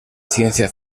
ciencia